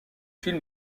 film